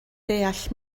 deall